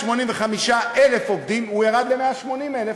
מ-185,000 עובדים הוא ירד ל-180,000,